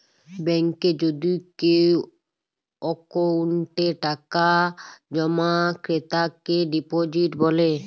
ব্যাংকে যদি কেও অক্কোউন্টে টাকা জমা ক্রেতাকে ডিপজিট ব্যলে